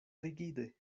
rigide